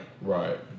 Right